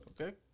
Okay